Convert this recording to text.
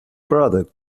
product